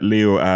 Leo